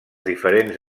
diferents